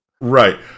Right